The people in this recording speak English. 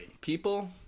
People